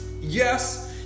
Yes